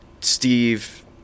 Steve